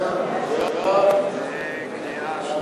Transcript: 5 נתקבלו.